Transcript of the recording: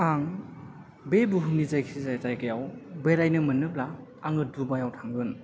आं बे बुहुमनि जायखि जाया जायगायाव बेरायनो मोनोब्ला आं दुबाइआव थांगोन